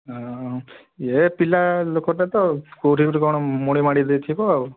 ହଁ ହଁ ଏ ପିଲା ଲୋକଟା ତ କେଉଁଠି କ'ଣ ଗୋଟେ ମୋଡ଼ି ମାଡ଼ି ଦେଇଥିବ ଆଉ